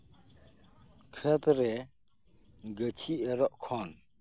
ᱠᱷᱮᱛ ᱨᱮ ᱜᱟᱹᱪᱷᱤ ᱮᱨᱚᱜ ᱠᱷᱚᱱ